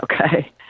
Okay